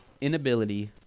inability